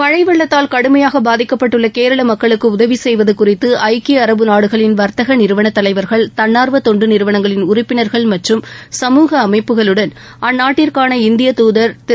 மழை வெள்ளக்தால் கடுமையாக பாதிக்கப்பட்டுள்ள கேரள மக்களுக்கு உதவி செய்வது குறித்து ஐக்கிய அரபு நாடுகளின் வர்த்தக நிறுவன தலைவர்கள் தன்னார்வ தொண்டு நிறுவனங்களின் உறப்பினர்கள் மற்றம் சமூக அமைப்புகளுடன் அந்நாட்டிற்கான இந்திய தூதர் திரு